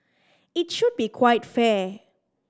it should be quite fair